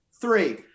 three